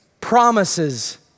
promises